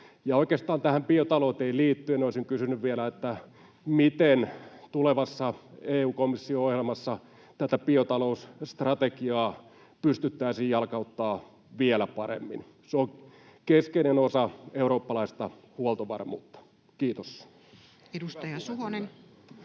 Oikeastaan tähän biotalouteen liittyen olisin vielä kysynyt: miten tulevassa EU-komission ohjelmassa tätä biotalousstrategiaa pystyttäisiin jalkauttamaan vielä paremmin? Se on keskeinen osa eurooppalaista huoltovarmuutta. — Kiitos. Edustaja Suhonen.